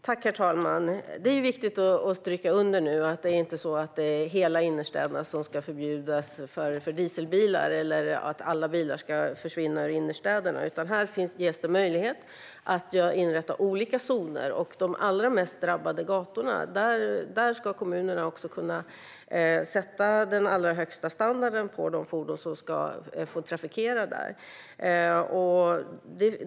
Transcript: Herr talman! Det är viktigt att stryka under att hela innerstäderna inte ska förbjudas för dieselbilar eller att alla bilar ska försvinna från innerstäderna, utan här ges det möjlighet att inrätta olika zoner. När det gäller de allra mest drabbade gatorna ska kommunerna också kunna ställa krav på den allra högsta standarden på de fordon som trafikerar de gatorna.